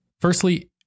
firstly